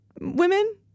women